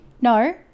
No